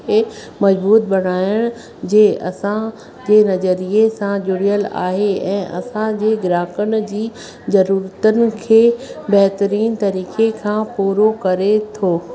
ए मजबूत बणाइणु जे असां जे नज़रिए सां जुड़ियलु आहे ऐं असांजे ग्राहकनि जी ज़रूरतुनि खे बेहतरीन तरीक़े खां पूरो करे थो